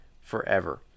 forever